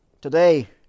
Today